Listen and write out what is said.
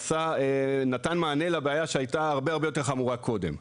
זה נתן מענה לבעיה שהייתה הרבה יותר חמורה קודם.